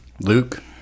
Luke